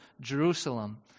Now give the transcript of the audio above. Jerusalem